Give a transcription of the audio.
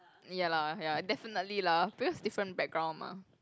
ya lah ya definitely lah because different background mah